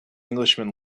englishman